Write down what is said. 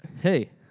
hey